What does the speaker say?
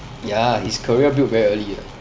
ya his career built very early ah